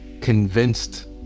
convinced